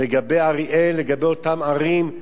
לגבי אריאל, לגבי אותן ערים,